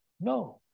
no